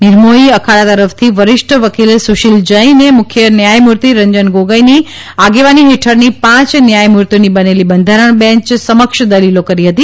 નરિમોહી અખાડા તરફથી વરષિઠ વકીલ સુશલિ જૈને મુખ્ય ન્યાયમૂર્તર્યિન ગોગોઈની આગેવાની હેઠળની પાંચ ન્યાયમૂર્તઓનીનેલી બંધારણ બેન્ચસમક્ષ દલીલો કરી હતી